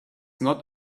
not